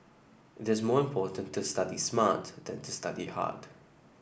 it is more important to study smart than to study hard